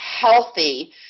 healthy